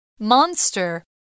Monster